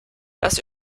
das